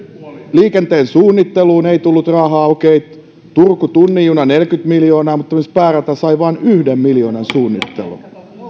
liikenteen suunnitteluun ei tullut rahaa okei turun tunnin junaan neljäkymmentä miljoonaa mutta esimerkiksi päärata sai vain yhden miljoonan suunnitteluun